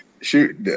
Shoot